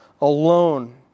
alone